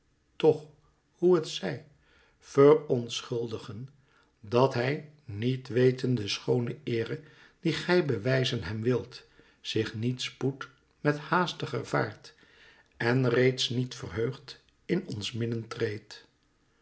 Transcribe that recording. toch hoe het zij verontschuldigen dat hij niet wetend de schoone eere die gij bewijzen hem wilt zich niet spoedt met haastiger vaart en reeds niet verheugd in ons midden treedt